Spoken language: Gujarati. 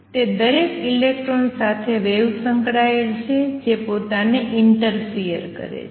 તે દરેક ઇલેક્ટ્રોન સાથે સંકળાયેલ વેવ છે જે પોતાને ઈંટરફિયર કરે છે